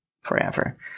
forever